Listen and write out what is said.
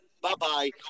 bye-bye